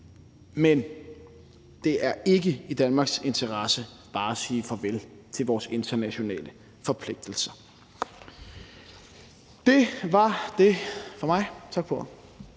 Men det er ikke i Danmarks interesse bare at sige farvel til vores internationale forpligtelser. Det var det fra mig. Tak for